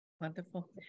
Wonderful